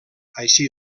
així